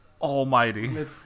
almighty